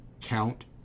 count